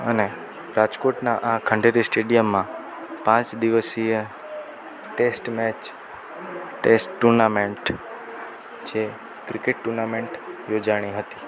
અને રાજકોટના આ ખંડેરી સ્ટેડિયમમાં પાંચ દિવસીય ટેસ્ટ મેચ ટેસ્ટ ટુર્નામેન્ટ જે ક્રિકેટ ટુર્નામેન્ટ યોજાઈ હતી